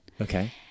Okay